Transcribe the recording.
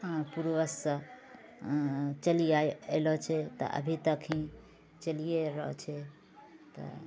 पूर्वजसँ चलि आइलो छै तऽ अभी तक ही चलियै रहल छै तऽ